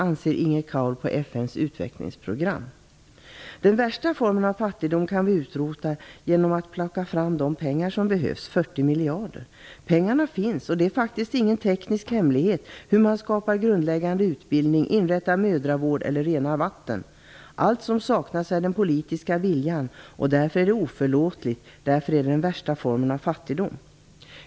Hon fortsätter på följande sätt: "Den värsta formen av fattigdom kan vi utrota genom att plocka fram de 40 miljarder dollar som behövs. Pengarna finns och det är faktiskt ingen teknisk hemlighet hur man skapar grundläggande utbildning, inrättar mödravård eller renar vatten. Allt som saknas är den politiska viljan, och därför är det oförlåtligt, därför är det den värsta formen av fattigdom.